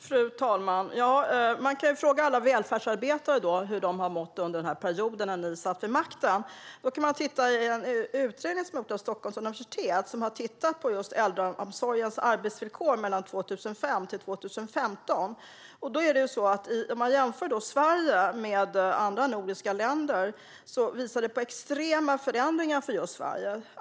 Fru talman! Man kan fråga alla välfärdsarbetare hur de mådde under den period då ni satt vid makten. En utredning, gjord av Stockholms universitet, har tittat på äldreomsorgens arbetsvillkor 2005-2015. En jämförelse mellan Sverige och andra nordiska länder visar på extrema förändringar i Sverige.